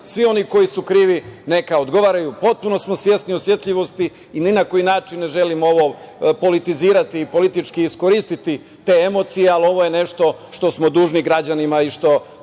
Svi oni koji su krivi neka odgovaraju. Potpuno smo svesni osetljivosti i ni na koji način ne želim ovo politizirati, politički iskoristiti te emocije, ali ovo je nešto što smo dužni građanima i na